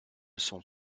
sont